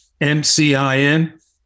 MCIN